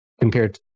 compared